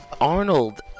Arnold